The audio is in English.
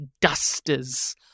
dusters